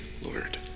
Lord